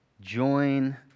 join